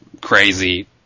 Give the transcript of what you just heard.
crazy